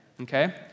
okay